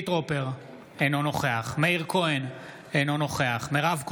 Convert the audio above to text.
אינו נוכח מאיר כהן, אינו נוכח מירב כהן,